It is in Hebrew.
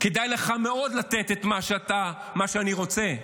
כדאי לך מאוד לתת את מה שאני רוצה,